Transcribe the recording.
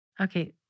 Okay